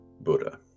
buddha